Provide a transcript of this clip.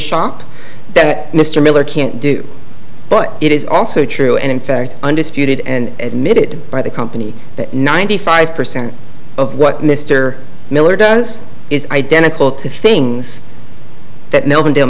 shop that mr miller can't do but it is also true and in fact undisputed and made it by the company that ninety five percent of what mr miller does is identical to things that